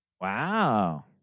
Wow